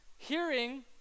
hearing